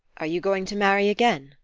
are you going to marry again?